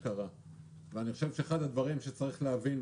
אחד מן הדברים שצריך להבין,